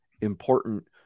important